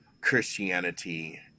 Christianity